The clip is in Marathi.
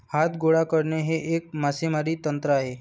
हात गोळा करणे हे एक मासेमारी तंत्र आहे